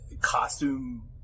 costume